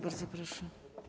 Bardzo proszę.